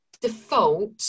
default